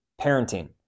parenting